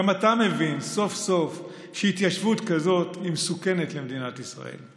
גם אתה מבין סוף-סוף שהתיישבות כזאת היא מסוכנת למדינת ישראל.